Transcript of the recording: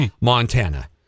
Montana